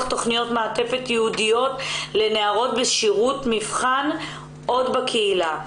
תכניות מעטפת ייעודיות לנערות בשירות מבחן בקהילה.